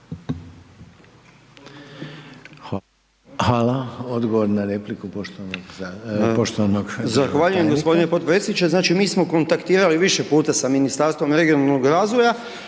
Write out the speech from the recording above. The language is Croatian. tajnika. **Nekić, Darko** Zahvaljujem gospodine potpredsjedniče. Znači, mi smo kontaktirali više puta sa Ministarstvom regionalnog razvoja